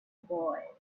boy